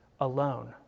alone